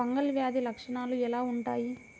Fungal వ్యాధి లక్షనాలు ఎలా వుంటాయి?